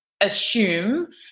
assume